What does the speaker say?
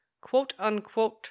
quote-unquote